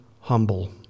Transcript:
humble